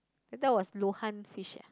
I thought was luohan fish eh